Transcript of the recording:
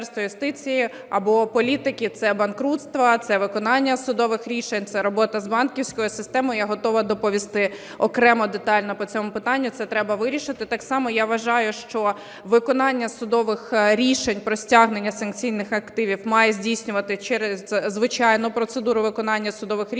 або політики – це банкрутство, це виконання судових рішень, це робота з банківською системою. Я готова доповісти окремо, детально по цьому питанню, це треба вирішити. Так само я вважаю, що виконання судових рішень про стягнення санкційних активів має здійснюватися через звичайну процедуру виконання судових рішень.